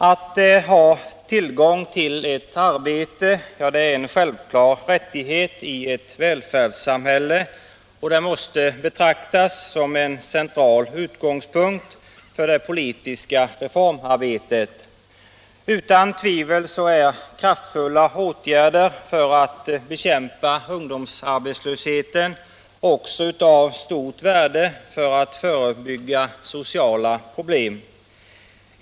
Att ha ett arbete är en självklar rättighet i ett välfärdssamhälle och måste betraktas som en central utgångspunkt för det politiska reformarbetet. Utan tvivel är kraftfulla åtgärder för att bekämpa ungdomsarbetslösheten också av stort värde för att förebygga sociala problem.